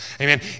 Amen